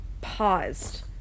paused